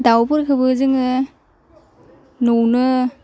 दाउफोरखौबो जोङो न'वावनो